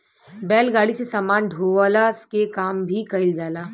बैलगाड़ी से सामान ढोअला के काम भी कईल जाला